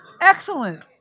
Excellent